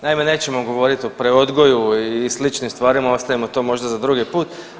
Naime, nećemo govoriti o preodgoju i sličnim stvarima, ostavimo to možda za drugi put.